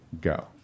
go